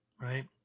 right